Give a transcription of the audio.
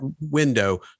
window